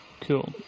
Cool